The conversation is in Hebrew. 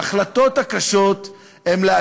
ההחלטות הקשות הן,